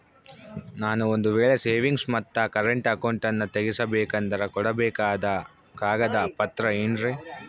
ನಾನು ಒಂದು ವೇಳೆ ಸೇವಿಂಗ್ಸ್ ಮತ್ತ ಕರೆಂಟ್ ಅಕೌಂಟನ್ನ ತೆಗಿಸಬೇಕಂದರ ಕೊಡಬೇಕಾದ ಕಾಗದ ಪತ್ರ ಏನ್ರಿ?